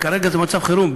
כרגע זה מצב חירום,